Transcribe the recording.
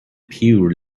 pure